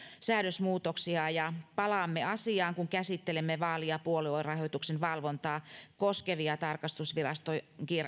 säädösmuutoksia ja palaamme asiaan kun käsittelemme vaali ja puoluerahoituksen valvontaa koskevia tarkastusviraston